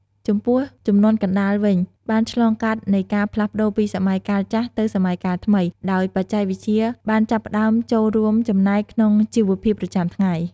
ចំពោះជំនាន់កណ្តាលវិញបានឆ្លងកាត់នៃការផ្លាស់ប្ដូរពីសម័យកាលចាស់ទៅសម័យកាលថ្មី ដោយបច្ចេកវិទ្យាបានចាប់ផ្ដើមចូលរួមចំណែកក្នុងជីវភាពប្រចាំថ្ងៃ។